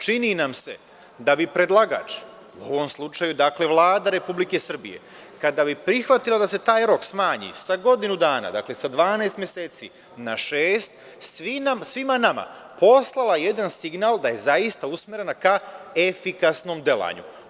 Čini nam se da bi predlagač, u ovom slučaju dakle Vlada Republike Srbije, kada bi prihvatila da se taj rok smanji sa godinu dana, dakle sa 12 meseci na šest svima nama poslala jedan signal da je zaista usmerena ka efikasnom delanju.